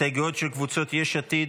הסתייגויות של קבוצות יש עתיד,